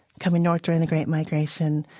coming north during the great migration,